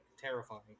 terrifying